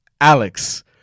Alex